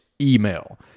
email